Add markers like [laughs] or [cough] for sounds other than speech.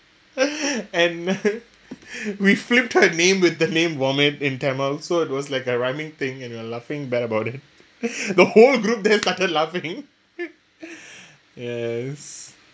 [laughs] and we flipped her name with the name vomit in tamil so it was like a rhyming thing and we're laughing bad about it the whole group then started laughing yes